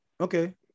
okay